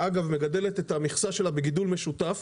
שאגב מגדלת את המכסה שלה בגידול משותף